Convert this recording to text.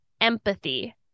empathy